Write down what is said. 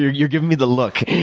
you are giving me the look.